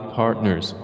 partners